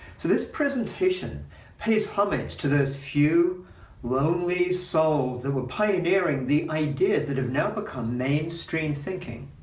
so this presentation pays homage to those few lonely souls that were pioneering the ideas that have now become mainstream thinking.